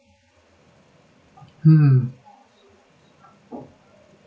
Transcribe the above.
hmm